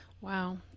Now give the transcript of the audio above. wow